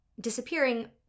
disappearing